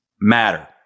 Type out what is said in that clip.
matter